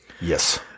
Yes